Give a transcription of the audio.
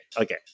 okay